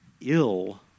ill